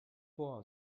for